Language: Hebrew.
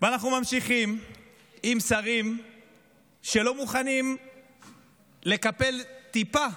ואנחנו ממשיכים עם שרים שלא מוכנים לקבל טיפה,